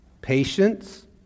patience